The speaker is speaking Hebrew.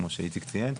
כמו שאיציק ציין.